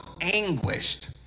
anguished